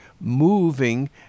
moving